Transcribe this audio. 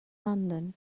london